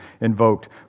invoked